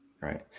Right